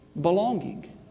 Belonging